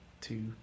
Two